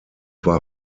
war